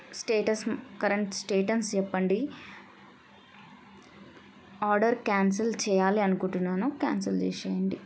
status current status చెప్పండి order cancel చెయ్యాలి అనుకుంటున్నాను క్యాన్సెల్ చేసేయండి